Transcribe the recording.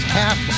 half